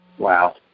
wow